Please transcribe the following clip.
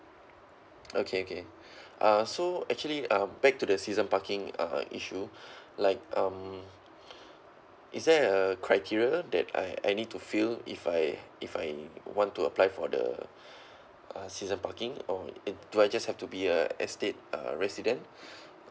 okay okay uh so actually um back to the season parking uh issue like um is there a criteria that I I need to fill if I if I want to apply for the uh season parking or do I just have to be a estate uh resident